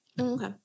Okay